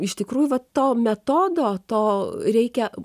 iš tikrųjų va to metodo to reikia